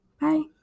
Bye